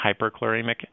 hyperchloremic